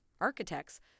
architects